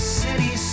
city